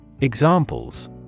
Examples